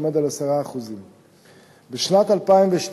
עומד על 10%. בשנת 2012,